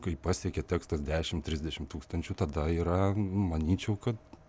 kai pasiekia tekstas dešim trisdešim tūkstančių tada yra manyčiau kad